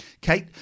Kate